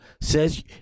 says